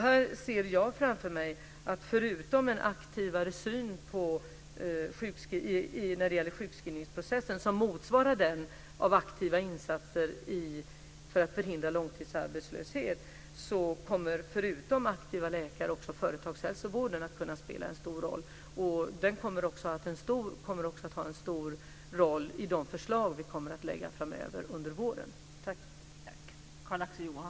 Här ser jag framför mig att jämte en aktivare syn när det gäller sjukskrivningsprocessen, som motsvarar den av aktiva insatser för att förhindra långtidsarbetslöshet, kommer förutom aktiva läkare också företagshälsovården att kunna spela en stor roll. Den kommer också att spela en stor roll i de förslag som vi lägger fram under våren.